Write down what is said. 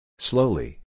Slowly